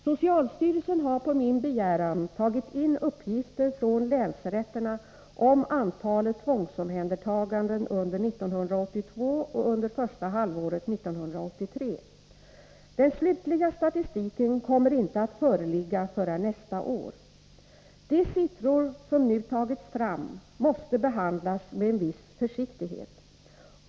Socialstyrelsen har på min begäran tagit in uppgifter från länsrätterna om antalet tvångsomhändertaganden under år 1982 och under första halvåret 1983. Den slutliga statistiken kommer inte att föreligga förrän nästa år. De siffror som nu tagits fram måste behandlas med en viss försiktighet.